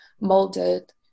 molded